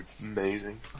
amazing